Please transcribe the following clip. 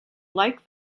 like